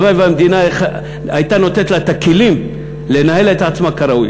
הלוואי שהמדינה הייתה נותנת לה את הכלים לנהל את עצמה כראוי.